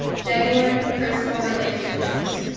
genuine personal relationships.